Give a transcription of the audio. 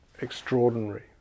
extraordinary